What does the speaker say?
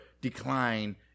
decline